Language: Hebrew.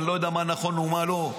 מה נכון ומה לא,